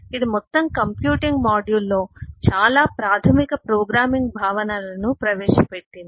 ఇది మొత్తం కంప్యూటింగ్ మాడ్యూల్లో చాలా ప్రాథమిక ప్రోగ్రామింగ్ భావనలను ప్రవేశపెట్టింది